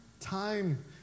time